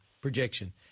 projection